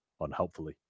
unhelpfully